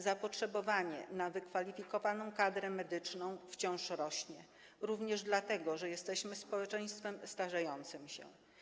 Zapotrzebowanie na wykwalifikowaną kadrę medyczną wciąż rośnie, również dlatego, że jesteśmy społeczeństwem starzejącym się.